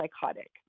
psychotic